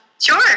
Sure